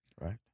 right